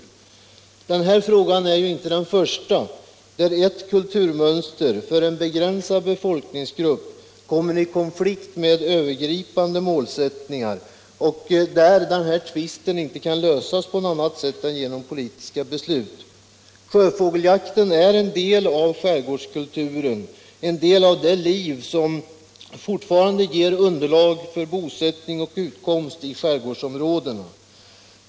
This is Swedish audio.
Den här frågan är ju inte den första där ett kulturmönster för en begränsad befolkningsgrupp kommer i konflikt med övergripande mål och där tvisten inte kan lösas på något annat sätt än genom politiska beslut. Sjöfågelsjakten är en del av skärgäårdskulturen, en del av det liv som fortfarande ger underlag för bosättning och utkomst i skärgårdsområdena.